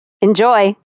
Enjoy